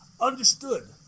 Understood